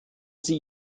sie